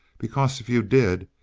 because if you did,